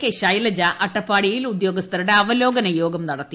K Shailaja അട്ടപ്പാടിയിൽ ഉദ്യോഗിസ്ഥ്രുടെ അവലോകനയോഗം നടത്തി